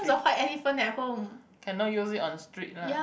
I not use it on street lah